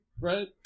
right